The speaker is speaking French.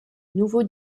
nouveau